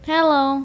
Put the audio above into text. Hello